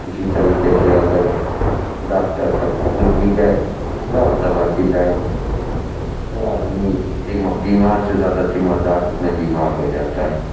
اسی طریقے سے اگر ڈاکٹر تک پہنچ بھی گئے تو اب دوا کی لائن تو آدمی بیمار سے زیادہ تیماردار اس میں بیمار ہو جاتا ہے